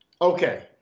okay